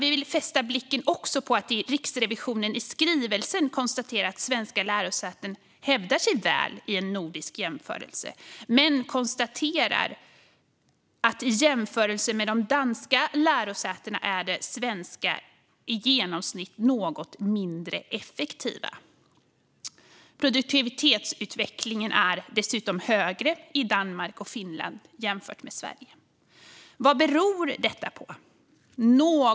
Vi vill också fästa blicken på att Riksrevisionen i skrivelsen konstaterar att svenska lärosäten hävdar sig väl i nordisk jämförelse men att man också konstaterar att i jämförelse med de danska lärosätena är de svenska i genomsnitt något mindre effektiva. Produktivitetsutvecklingen är dessutom högre i Danmark och Finland än i Sverige. Vad beror detta på?